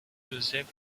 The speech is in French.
joseph